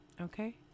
Okay